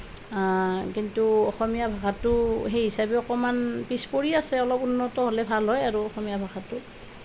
কিন্তু অসমীয়া ভাষাটো সেই হিচাপে অকণমান পিছ পৰি আছে অলপ উন্নত হ'লে ভাল হয় আৰু অসমীয়া ভাষাটো